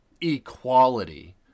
equality